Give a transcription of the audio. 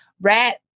Rat